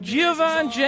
Giovanni